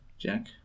Jack